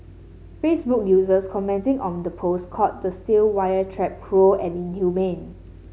Facebook users commenting on the post called the steel wire trap cruel and inhumane